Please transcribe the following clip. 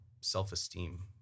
self-esteem